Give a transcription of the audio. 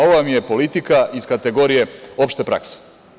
Ovo vam je politika iz kategorije opšte prakse.